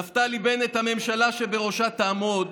נפתלי בנט, הממשלה שבראשה תעמוד